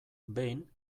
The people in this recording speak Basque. behin